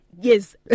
Yes